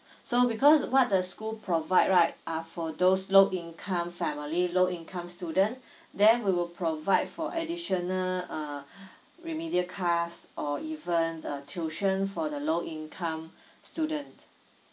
so because what the school provide right are for those low income family low income student then we will provide for additional uh remedial class or even the tuition for the low income student